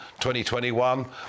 2021